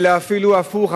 אלא אפילו הפוך,